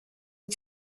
une